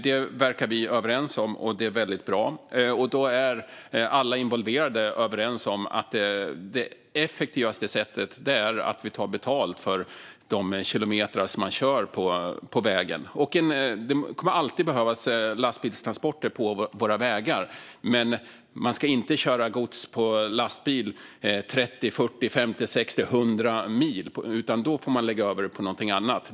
Det verkar vi vara överens om, och det är väldigt bra. Då är alla involverade överens om att det effektivaste sättet är att vi tar betalt för de kilometer som körs på vägen. Det kommer alltid att behövas lastbilstransporter på våra vägar, men man ska inte köra gods på lastbil i 30, 40, 50, 60 eller 100 mil. Då får man i stället lägga över det på någonting annat.